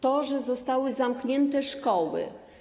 to, że zostały zamknięte szkoły.